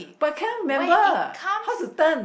but cannot remember how to turn